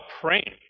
praying